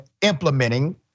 implementing